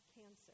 cancer